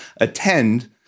attend